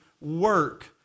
work